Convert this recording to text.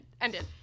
ended